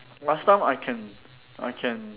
last time I can I can